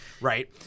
right